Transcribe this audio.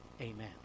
Amen